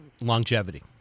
longevity